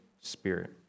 spirit